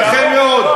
ייתכן מאוד.